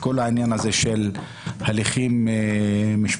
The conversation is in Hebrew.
שכל העניין הזה של הליכים משפטיים,